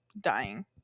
dying